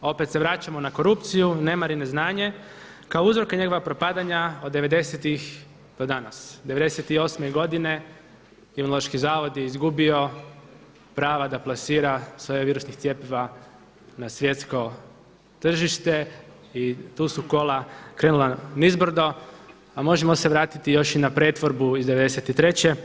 Opet se vraćamo na korupciju, nemar i neznanje kao uzroke njegovog propadanja od devedesetih do danas. '98. godine Imunološki zavod je izgubio prava da plasira svoja virusna cjepiva na svjetsko tržište i tu su kola krenula nizbrdo, a možemo se vratiti još i na pretvorbu iz '93.